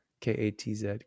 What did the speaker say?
k-a-t-z